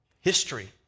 history